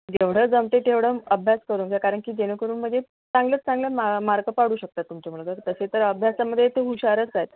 जेवढं जमते तेवढं अभ्यास करून घ्या कारण की जेणेकरून म्हणजे चांगल्यात चांगलं मा मार्क पाडू शकतात तुमचे मुलं जर तसे तर अभ्यासामधे ती हुशारच आहेत